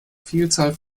vielzahl